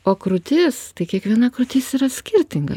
o krūtis tai kiekviena krūtis yra skirtinga